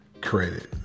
credit